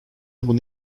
bunu